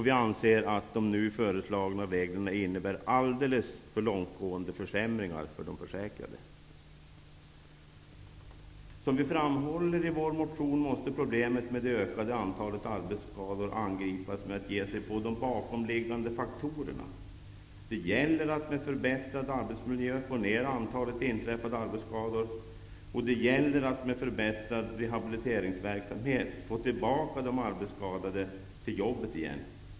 Vi anser att de nu föreslagna reglerna innebär alldeles för långtgående försämringar för de försäkrade. Som vi framhåller i vår motion måste problemet med det ökande antalet arbetsskador angripas genom att man ger sig på de bakomliggande faktorerna. Det gäller att med förbättrad arbetsmiljö få ned antalet inträffade arbetsskador, och det gäller att med förbättrad rehabiliteringsverksamhet få tillbaka de arbetsskadade till jobbet igen.